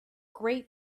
great